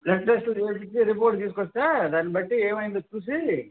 blood టెస్ట్లు చెయ్యించి report తీసుకొస్తే దాని బట్టి ఏమైందో చూసి